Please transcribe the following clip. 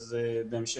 נענה.